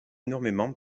énormément